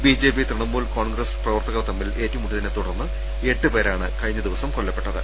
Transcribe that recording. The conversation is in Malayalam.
B J P Trinamool Congress പ്രവർത്തകർ തമ്മിൽ ഏറ്റുമുട്ടിയതിനെ തുടർന്ന് എട്ടുപേരാണ് കഴിഞ്ഞ ദിവസം കൊല്ല പ്പെട്ടത്